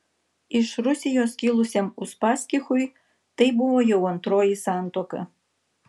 iš rusijos kilusiam uspaskichui tai buvo jau antroji santuoka